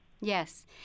Yes